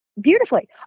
beautifully